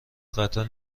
قطار